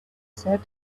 said